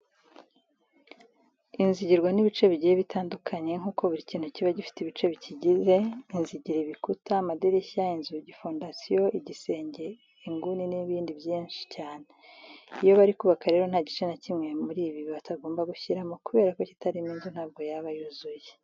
Inzu igirwa n'ibice bigiye bitandukanye nkuko buri kintu kiba gifite ibice bikigize. Inzu igira ibikuta, amadirishya, inzugi, fondasiyo, igisenge, inguni n'ibindi byinshi cyane. Iyo bari kubaka rero nta gice na kimwe muri ibi batagomba gushyiramo kubera ko kitarimo inzu ntabwo yaba yuzuye.